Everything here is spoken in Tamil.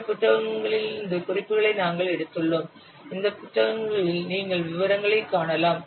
இந்த புத்தகங்களிலிருந்து குறிப்புகளை நாங்கள் எடுத்துள்ளோம் இந்த புத்தகங்களில் நீங்கள் விவரங்களை காணலாம்